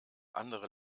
andere